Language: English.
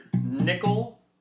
nickel